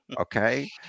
Okay